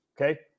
okay